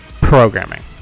programming